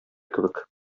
кебек